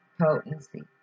potency